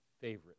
favorite